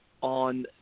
on